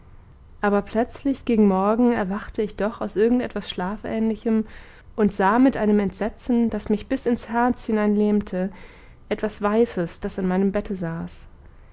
aber plötzlich gegen morgen erwachte ich doch aus irgend etwas schlafähnlichem und sah mit einem entsetzen daß mich bis ins herz hinein lähmte etwas weißes das an meinem bette saß